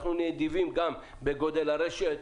אנחנו נהיה נדיבים גם בגודל הרשת,